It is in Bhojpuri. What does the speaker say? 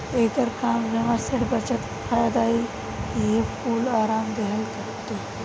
एकर काम जमा, ऋण, बचत, फायदा इहे कूल आराम देहल हटे